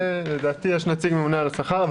לדעתי יש נציג הממונה על השכר.